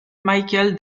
michael